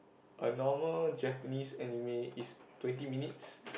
a normal Japanese anime is twenty minutes